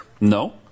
no